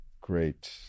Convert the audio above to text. great